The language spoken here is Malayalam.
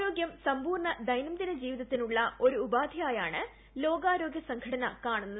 ആരോഗ്യം സമ്പൂർണ്ണ ദൈനംദിന ജീവിതത്തിനുള്ള ഒരു ഉപാധിയായാണ് ലോകാരോഗ്യ സംഘടന കാണുന്നത്